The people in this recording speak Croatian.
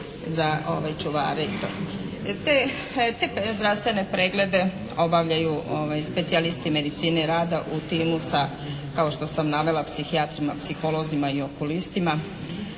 te zdravstvene preglede obavljaju specijalisti medicine rada u timu sa, kao što sam navela, psihijatrima, psiholozima i okulistima